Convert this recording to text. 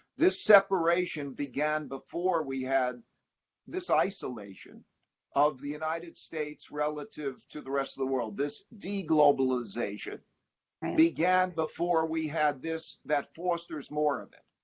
this separation began before we had this isolation of the united states relative to the rest of the world. this deglobalization began before we had this that fosters more of it,